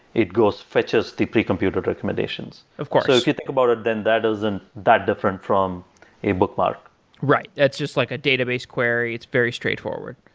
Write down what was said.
it goes, fetches the pre-computed recommendations. of course. if you think about it, then that isn't that different from a bookmark right. that's just like a database query. it's very straightforward.